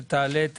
שתעלה את